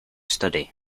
study